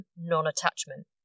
non-attachment